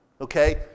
Okay